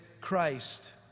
Christ